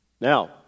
Now